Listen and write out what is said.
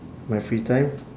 my free time